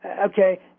Okay